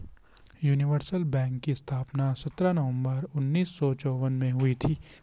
universal bank की स्थापना सत्रह नवंबर उन्नीस सौ चौवन में हुई थी